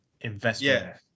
investment